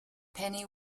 penny